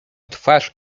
twarz